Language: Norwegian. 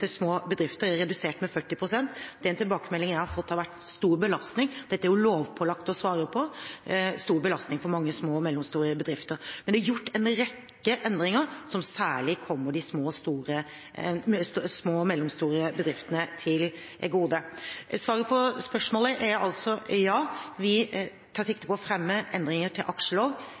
til små bedrifter er redusert med 40 pst: Dette er det jo lovpålagt å svare på. Den tilbakemeldingen jeg har fått, er at det har vært en stor belastning for mange små og mellomstore bedrifter. Men det er gjort en rekke endringer, som særlig kommer de små og mellomstore bedriftene til gode. Svaret på spørsmålet er altså ja, vi tar sikte på å fremme endringer